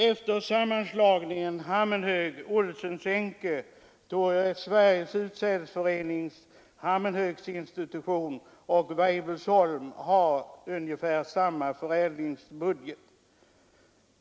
Efter sammanslagningen Hammenhög-—Olsons Enke torde Sveriges utsädesförenings Hammenhösgsinstitution och Weibullsholm ha ungefär samma förädlingsbudget.